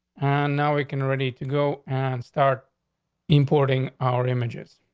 and now we can ready to go and start importing our images.